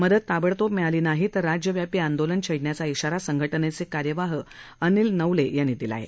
मदत ताबडतोब मिळाली नाही तर राज्यव्यापी आंदोलन छेडण्याचा इशारा संघटनेचे कार्यवाह अजित नवले यांनी दिला आहे